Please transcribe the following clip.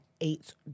eight